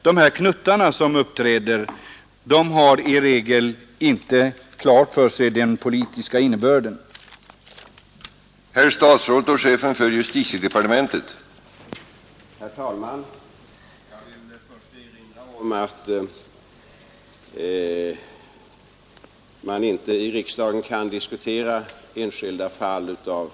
De här knuttarna som uppträder har i regel inte klart för sig den politiska innebörden i sitt handlande.